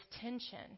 tension